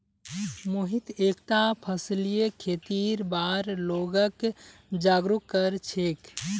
मोहित एकता फसलीय खेतीर बार लोगक जागरूक कर छेक